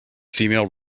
female